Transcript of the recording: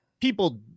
people